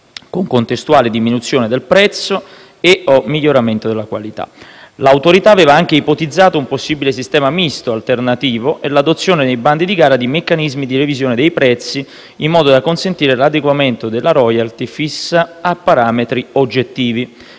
con contestuale diminuzione del prezzo e/o miglioramento della qualità. L'Autorità aveva anche ipotizzato un possibile sistema misto alternativo e l'adozione nei bandi di gara di meccanismi di revisione dei prezzi, in modo da consentire l'adeguamento della *royalty* fissa a parametri oggettivi